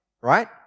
right